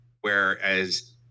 whereas